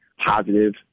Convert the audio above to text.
positive